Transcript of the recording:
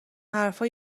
حرفا